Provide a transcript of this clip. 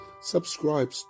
subscribe